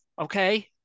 okay